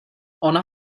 ona